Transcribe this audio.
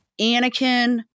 Anakin